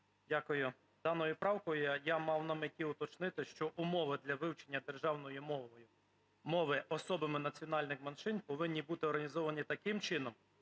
Дякую. Даною правкою я мав на меті уточнити, що умови для вивчення державної мови особами національних меншин повинні бути організовані таким чином,